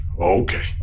Okay